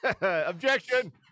Objection